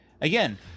again